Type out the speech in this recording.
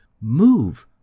move